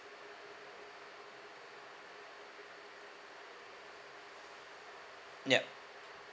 yup